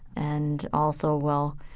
and also, well,